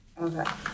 Okay